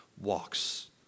walks